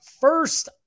first